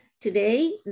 Today